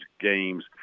games